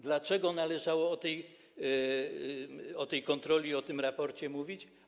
Dlaczego należało o tej kontroli i o tym raporcie mówić?